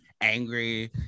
angry